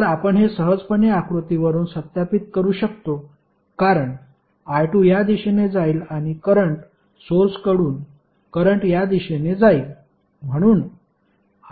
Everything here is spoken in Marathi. तर आपण हे सहजपणे आकृतीवरून सत्यापित करू शकतो कारण I2 या दिशेने जाईल आणि करंट सोर्सकडून करंट या दिशेने जाईल म्हणून